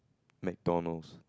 McDonald's